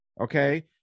Okay